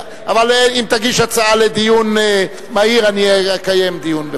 אבל אם תגיש הצעה לדיון מהיר אני אקיים דיון,